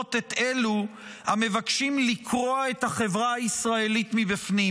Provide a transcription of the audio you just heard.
האחרונות את אלו המבקשים לקרוע את החברה הישראלית מבפנים.